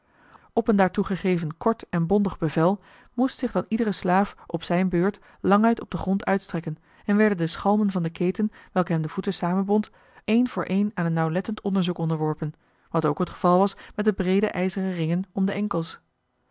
op een daartoe gegeven kort en bondig bevel moest zich dan iedere slaaf op zijn beurt languit op den grond uitstrekken en werden de schalmen van de keten welke hem de voeten samenbond een voor een aan een nauwlettend onderzoek onderworpen wat ook het geval was met de breede ijzeren ringen om de enkels